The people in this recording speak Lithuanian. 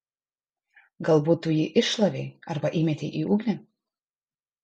galbūt tu jį iššlavei arba įmetei į ugnį